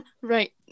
Right